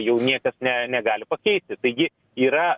jau niekas ne negali pakeisti taigi yra